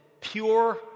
pure